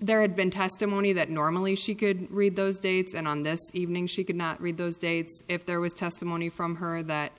there had been testimony that normally she could read those dates and on this evening she could not read those dates if there was testimony from her that